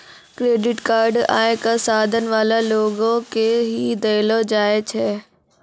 credit card आय क साधन वाला लोगो के ही दयलो जाय छै